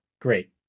great